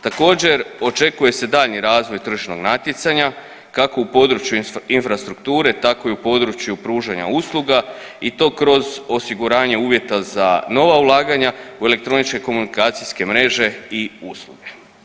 Također, očekuje se daljnji razvoj tržišnog natjecanja kako u području infrastrukture tako i u području pružanja usluga i to kroz osiguranje uvjeta za nova ulaganja u elektroničke komunikacijske mreže i usluge.